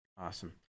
Awesome